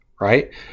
right